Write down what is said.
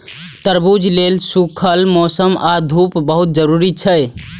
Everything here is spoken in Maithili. तरबूज लेल सूखल मौसम आ धूप बहुत जरूरी छै